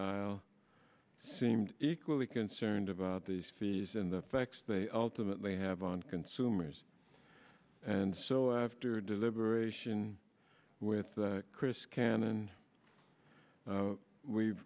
aisle seemed equally concerned about these fees and the facts they ultimately have on consumers and so after deliberation with chris cannon